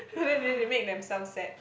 then they they make themselves sad